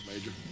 Major